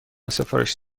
سفارش